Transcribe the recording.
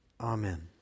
Amen